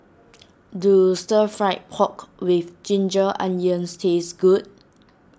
do Stir Fried Pork with Ginger Onions taste good